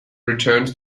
returns